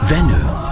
Venue